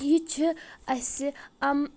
یہِ چھ اَسہِ